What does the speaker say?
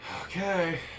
okay